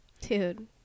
Dude